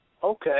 Okay